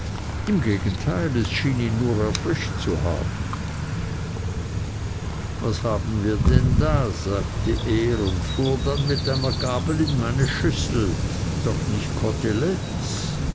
im gegenteil es schien ihn nur erfrischt zu haben was haben wir denn da sagte er und fuhr dann mit einer gabel in meine schüssel doch nicht koteletten